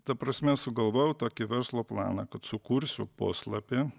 ta prasme sugalvojau tokį verslo planą kad sukursiu puslapį